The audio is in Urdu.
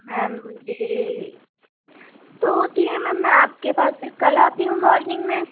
میم جی تو تی ہے میم میں آپ کے پاس پھر کل آتی ہوں مارننگ میں